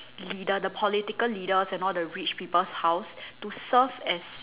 leader the political leaders and all the rich people's house to serve as